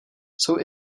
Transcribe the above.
jsou